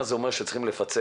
מה זה אומר שצריכים לפצל.